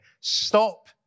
Stop